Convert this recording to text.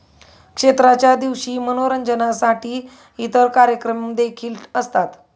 क्षेत्राच्या दिवशी मनोरंजनासाठी इतर कार्यक्रम देखील असतात